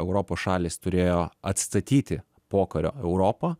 europos šalys turėjo atstatyti pokario europą